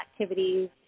activities